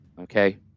Okay